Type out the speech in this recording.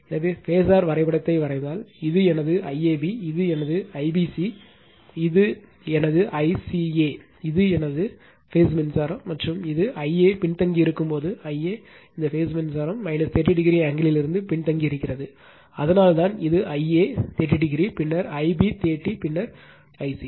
எனவே பேஸர் வரைபடத்தை வரைந்தால் இது எனது ஐஏபி இது எனது ஐபிசி இது எனது ஐசிஏ இது எனது பேஸ் மின்சாரம் மற்றும் இது ஐஏ பின்தங்கியிருக்கும் போது ஐஏ இந்த பேஸ் மின்சாரம் 30o ஆங்கிள் லிருந்து பின்தங்கி இருக்கிறது அதனால்தான் இது Ia 30o பின்னர் Ib30 பின்னர் Ic